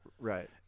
Right